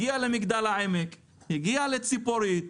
הגיע למגדל העמק, הגיע לציפורית,